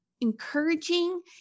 encouraging